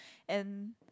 and